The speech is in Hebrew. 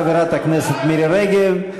חברת הכנסת מירי רגב.